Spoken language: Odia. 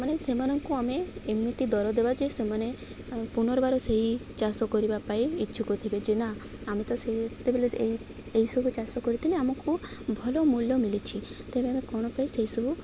ମାନେ ସେମାନଙ୍କୁ ଆମେ ଏମିତି ଦର ଦେବା ଯେ ସେମାନେ ପୁନର୍ବାର ସେହି ଚାଷ କରିବା ପାଇଁ ଇଚ୍ଛୁକ ଥିବେ ଯେ ନା ଆମେ ତ ସେତେବେଳେ ଏହିସବୁ ଚାଷ କରିଥିଲେ ଆମକୁ ଭଲ ମୂଲ୍ୟ ମିଳିଛି ତେବେ ଆମେ କ'ଣ ପାଇଁ ସେହିସବୁ